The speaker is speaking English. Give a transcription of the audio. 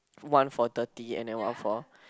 one for dirty and then one for